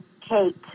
Kate